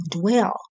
dwell